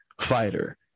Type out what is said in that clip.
fighter